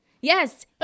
yes